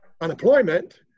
unemployment